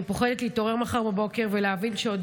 אני פוחדת להתעורר מחר בבוקר ולהבין שעוד